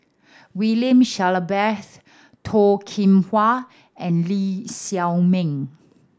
William Shellabear's Toh Kim Hwa and Lee Shao Meng